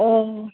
অঁ